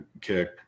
kick